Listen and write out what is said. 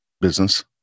business